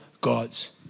God's